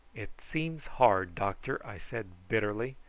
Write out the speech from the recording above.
it seems hard, doctor, i said bitterly.